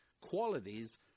qualities